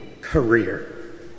career